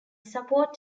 support